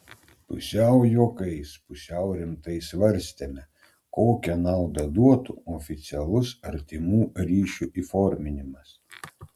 pusiau juokais pusiau rimtai svarstėme kokią naudą duotų oficialus artimų ryšių įforminimas